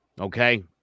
okay